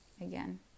Again